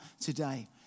today